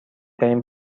ترین